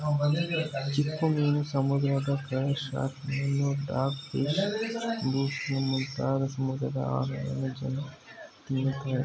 ಚಿಪ್ಪುಮೀನು, ಸಮುದ್ರದ ಕಳೆ, ಶಾರ್ಕ್ ಮೀನು, ಡಾಗ್ ಫಿಶ್, ಬ್ಲೂ ಫಿಲ್ಮ್ ಮುಂತಾದ ಸಮುದ್ರದ ಆಹಾರವನ್ನು ಜನ ತಿನ್ನುತ್ತಾರೆ